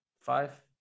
five